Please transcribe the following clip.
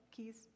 Keys